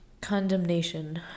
condemnation